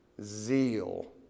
zeal